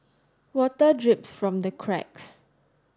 water drips from the cracks